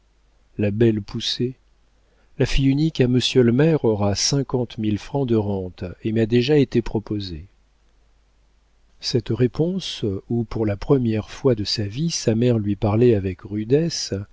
la belle poussée la fille unique à monsieur le maire aura cinquante mille francs de rentes et m'a déjà été proposée cette réponse où pour la première fois de sa vie sa mère lui parlait avec rudesse